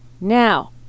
Now